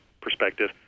perspective